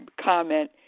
comment